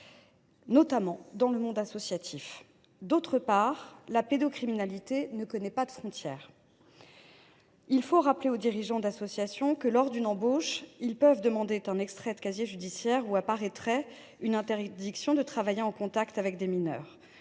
notamment dans le monde associatif ; d’autre part, la pédocriminalité ne connaît pas de frontières. Il faut rappeler aux dirigeants d’associations que, lors d’une embauche, ils peuvent demander un extrait de casier judiciaire où apparaîtrait une interdiction de travailler en contact avec des mineurs.